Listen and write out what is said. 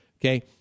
Okay